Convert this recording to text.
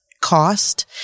cost